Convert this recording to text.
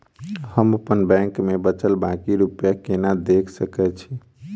हम अप्पन बैंक मे बचल बाकी रुपया केना देख सकय छी?